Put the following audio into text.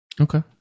Okay